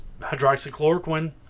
hydroxychloroquine